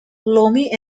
loamy